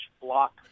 block